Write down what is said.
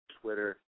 Twitter